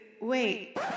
Wait